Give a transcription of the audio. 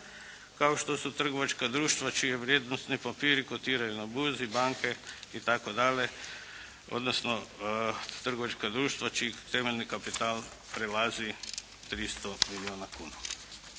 kao što su trgovačka društva čije vrijednosni papiri kotiraju na burzi banke itd., odnosno trgvoačka društva čiji temeljni kapital prelazi 300 milijuna kuna.